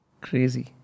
crazy